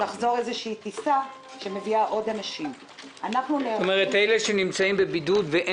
יכול להיות שמחר תחזור איזו שהיא טיסה עם עוד אנשים שיצטרכו להיות